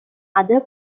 other